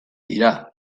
dira